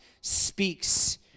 speaks